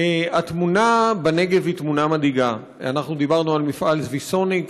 התמונה בנגב היא מדאיגה: דיברנו על מפעל ויסוניק,